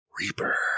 Reaper